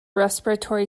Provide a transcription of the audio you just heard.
respiratory